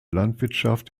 landwirtschaft